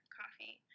coffee